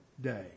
day